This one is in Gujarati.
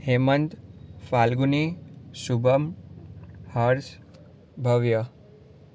હેમંત ફાલ્ગુની શુભમ હર્ષ ભવ્ય